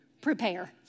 prepare